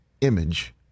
image